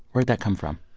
where'd that come from?